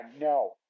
no